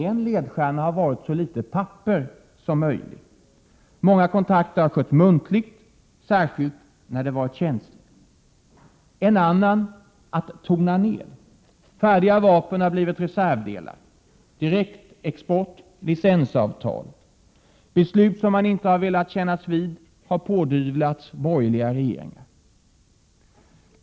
En ledstjärna har varit att det skulle vara så litet papper som möjligt. Många kontakter har skötts muntligt, särskilt när det har varit känsligt. En annan ledstjärna har varit att tona ned. Färdiga vapen har blivit reservdelar. Direktexport har blivit licensavtal. Beslut som man inte har velat kännas vid har pådyvlats borgerliga regeringar.